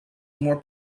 more